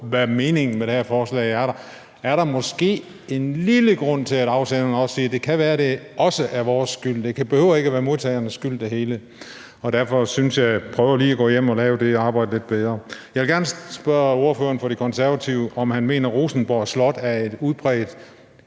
hvad meningen med det her forslag er, er der måske en lille grund til, at afsenderne siger, at det kan være, at det også er vores skyld. Det behøver ikke være modtagernes skyld det hele. Derfor synes jeg, at jeg vil sige: Prøv lige at gå hjem og lav det arbejde lidt bedre. Jeg vil gerne spørge ordføreren for De Konservative, om han mener, at Rosenborg Slot er udpræget